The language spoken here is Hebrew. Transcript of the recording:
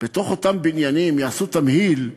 בתוך אותם בניינים יעשו תמהיל,